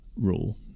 rule